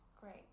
great